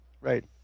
right